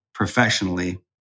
Professionally